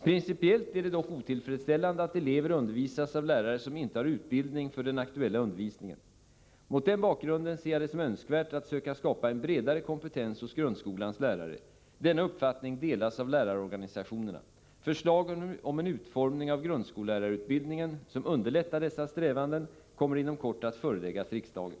Principiellt är det dock otillfredsställande att elever undervisas av lärare som inte har utbildning för den aktuella undervisningen. Mot denna bakgrund ser jag det som önskvärt att söka skapa en bredare kompetens hos grundskolans lärare. Denna uppfattning delas av lärarorganisationerna. Förslag om en utformning av grundskollärarutbildningen, som underlättar dessa strävanden, kommer inom kort att föreläggas riksdagen.